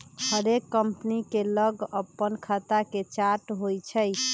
हरेक कंपनी के लग अप्पन खता के चार्ट होइ छइ